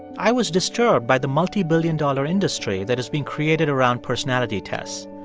i was disturbed by the multibillion-dollar industry that has been created around personality tests.